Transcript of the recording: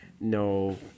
no